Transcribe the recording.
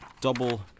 Double